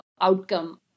outcome